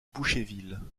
boucherville